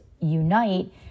unite